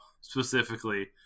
specifically